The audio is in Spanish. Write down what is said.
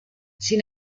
sin